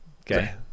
Okay